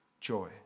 joy